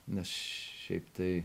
nes šiaip tai